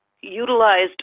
utilized